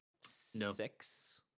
six